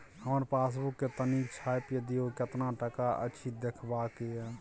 हमर पासबुक के तनिक छाय्प दियो, केतना टका अछि देखबाक ये?